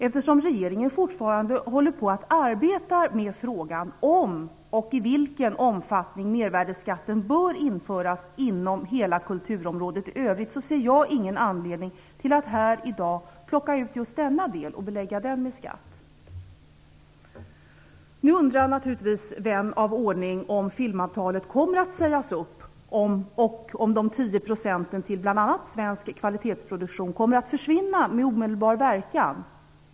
Eftersom regeringen fortfarande håller på och arbetar med frågan om och i vilken omfattning mervärdesskatt bör införas inom hela kulturområdet i övrigt, ser jag ingen anledning till att här i dag plocka ut just denna del och belägga den med skatt. Nu undrar naturligtvis vän av ordning om filmavtalet kommer att sägas upp och om de tio procenten till bl.a. svensk kvalitetsproduktion kommer att försvinna med omedelbar verkan.